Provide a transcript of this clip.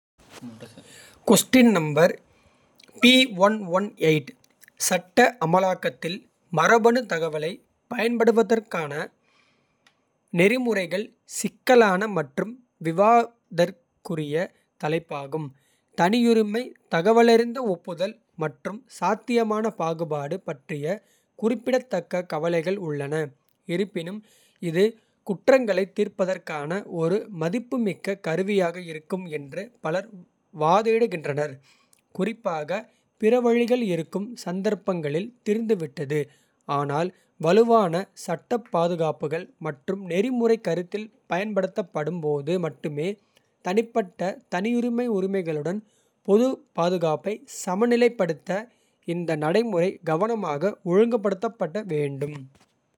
சட்ட அமலாக்கத்தில் மரபணு தகவலைப். பயன்படுத்துவதற்கான நெறிமுறைகள் சிக்கலான. மற்றும் விவாதத்திற்குரிய தலைப்பாகும் தனியுரிமை. தகவலறிந்த ஒப்புதல் மற்றும் சாத்தியமான பாகுபாடு. பற்றிய குறிப்பிடத்தக்க கவலைகள் உள்ளன. இருப்பினும் இது குற்றங்களைத் தீர்ப்பதற்கான ஒரு. மதிப்புமிக்க கருவியாக இருக்கும் என்று பலர் வாதிடுகின்றனர். குறிப்பாக பிற வழிகள் இருக்கும் சந்தர்ப்பங்களில். தீர்ந்துவிட்டது ஆனால் வலுவான சட்டப் பாதுகாப்புகள் மற்றும். நெறிமுறைக் கருத்தில் பயன்படுத்தப்படும் போது மட்டுமே. தனிப்பட்ட தனியுரிமை உரிமைகளுடன் பொது. பாதுகாப்பை சமநிலைப்படுத்த இந்த நடைமுறை. கவனமாக ஒழுங்குபடுத்தப்பட வேண்டும்.